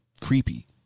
creepy